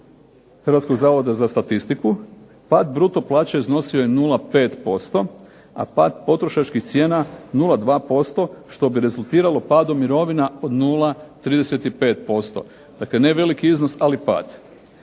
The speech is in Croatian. Hrvatskog zavoda za statistiku pad bruto plaće iznosio je 0,5% a pad potrošačkih cijena 0,2% što bi rezultiralo padom mirovina od 0,35%. Dakle ne veliki iznos, ali pad.